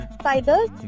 spiders